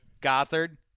Gothard